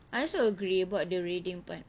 I also agree about the reading part